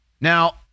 Now